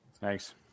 Thanks